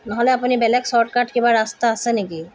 নহ'লে আপুনি বেলেগ শ্বৰ্টকাট কিবা ৰাস্তা আছে নেকি